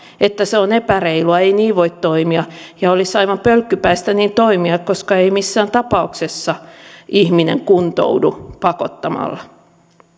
että se on epäreilua ei niin voi toimia ja olisi aivan pölkkypäistä niin toimia koska ei missään tapauksessa ihminen kuntoudu pakottamalla